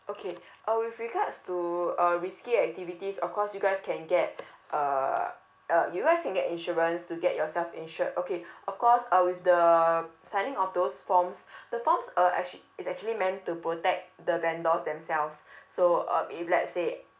okay uh with regards to uh risky activities of course you guys can get uh uh you guys can get insurance to get yourself insured okay of course uh with the signing of those forms the forms uh actually is actually meant to protect the vendors themselves so um if let's say